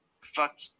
fuck